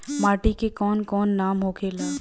माटी के कौन कौन नाम होखे ला?